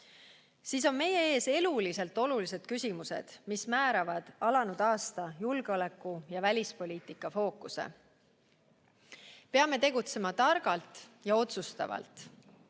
pihta, on meie ees eluliselt olulised küsimused, mis määravad alanud aasta julgeoleku ja välispoliitika fookuse. Peame tegutsema targalt ja otsustavalt.